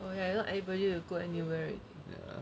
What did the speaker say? oh ya not anybody will go anywhere right now